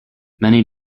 many